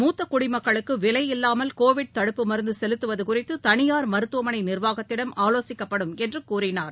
முத்தகுடிமக்களுக்குவிலையில்லாமல் தடுப்பு மருந்துசெலுத்துவதுகுறித்துதளியார் மருத்துவமனைநிர்வாகத்திடம் ஆலோசிக்கப்படும் கோவிட் என்றுகூறினார்